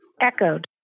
echoed